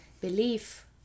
belief